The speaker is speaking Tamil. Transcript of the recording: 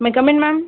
May come in ma'am